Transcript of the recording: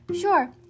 Sure